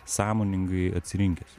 sąmoningai atsirinkęs